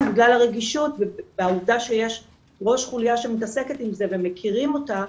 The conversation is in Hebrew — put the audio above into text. בגלל הרגישות והעובדה שיש ראש חוליה שמתעסקת עם זה ומכירים אותה,